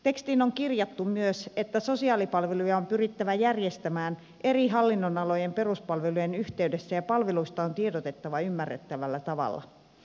tekstiin on kirjattu myös että sosiaalipalveluja on pyrittävä järjestämään eri hallinnonalojen peruspalvelujen yhteydessä ja palveluista on tiedotettava ymmärrettävällä tavalla